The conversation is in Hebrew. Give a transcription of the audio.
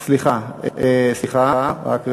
סליחה, רק רגע.